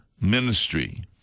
ministry